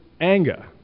anger